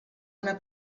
una